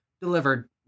delivered